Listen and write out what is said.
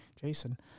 Jason